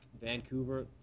Vancouver